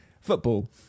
Football